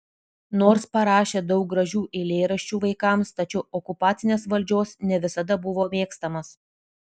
nors parašė daug gražių eilėraščių vaikams tačiau okupacinės valdžios ne visada buvo mėgstamas